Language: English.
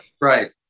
right